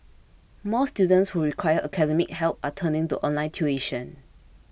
more students who require academic help are turning to online tuition